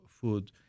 food